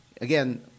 again